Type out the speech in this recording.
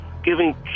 giving